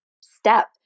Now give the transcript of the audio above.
step